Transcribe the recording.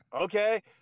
Okay